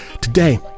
today